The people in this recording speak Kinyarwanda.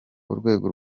urwego